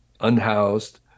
unhoused